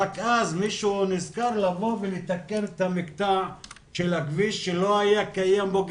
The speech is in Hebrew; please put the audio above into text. רק אז מישהו נזכר לבוא ולתקן את המקטע של הכביש שלא היה קיימת בו גדר.